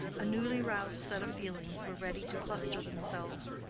a newly-roused set of feelings were ready to cluster themselves.